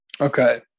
Okay